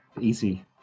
easy